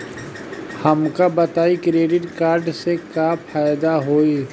हमका बताई credit card से का फायदा होई?